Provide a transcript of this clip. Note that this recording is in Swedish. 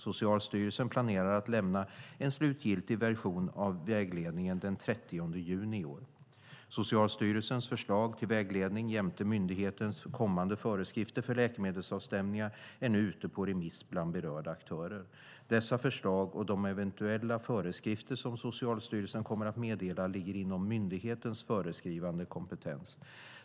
Socialstyrelsen planerar att lämna en slutgiltig version av vägledningen den 30 juni i år. Socialstyrelsens förslag till vägledning jämte myndighetens kommande föreskrifter för läkemedelsavstämningar är nu ute på remiss bland berörda aktörer. Dessa förslag och de eventuella föreskrifter som Socialstyrelsen kommer att meddela ligger inom myndighetens föreskrivande kompetens.